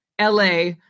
LA